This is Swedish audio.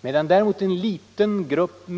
människorna i en liten grupp